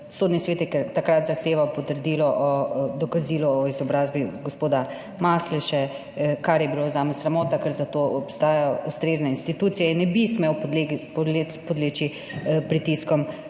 Sodni svet je takrat zahteval potrdilo, dokazilo o izobrazbi gospoda Masleše, kar je bilo zame sramota, ker za to obstajajo ustrezne institucije in ne bi smel podleči pritiskom